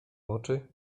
oczy